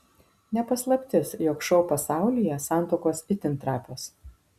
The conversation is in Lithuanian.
ne paslaptis jog šou pasaulyje santuokos itin trapios